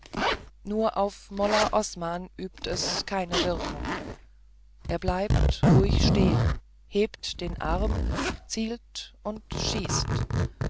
nur auf molla osman übt es keine wirkung er bleibt ruhig stehen hebt den arm zielt und schießt